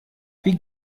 wie